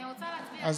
אני רוצה להצביע עכשיו.